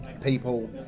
people